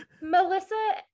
Melissa